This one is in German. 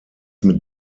mit